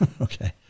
okay